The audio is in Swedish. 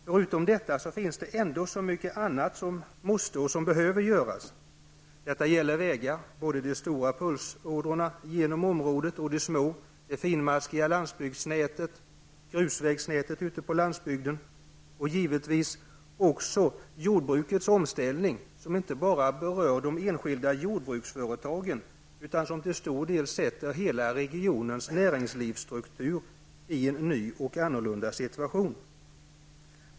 Förutom detta finns det så mycket annat som måste göras. Detta gäller vägar, både de stora pulsådrorna genom området och de små, det finmaskiga landsbygdsnätet, grusvägnätet ute på landsbygden, och givetvis gäller detta också jordbrukets omställning, som berör inte bara de enskilda jordbruksföretagen utan som till stor del sätter hela regionens näringslivsstruktur i en ny och annorlunda situation.